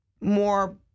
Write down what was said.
more